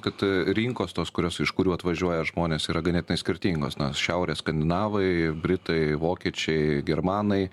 kad rinkos tos kurios iš kurių atvažiuoja žmonės yra ganėtinai skirtingos na šiaurės skandinavai britai vokiečiai germanai